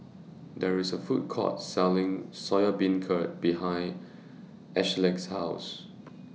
There IS A Food Court Selling Soya Beancurd behind Ashleigh's House